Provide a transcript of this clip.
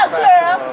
girl